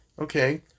Okay